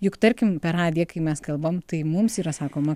juk tarkim per radiją kai mes kalbam tai mums yra sakoma